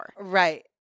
Right